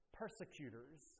persecutors